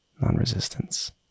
non-resistance